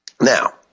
now